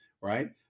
right